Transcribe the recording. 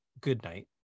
Goodnight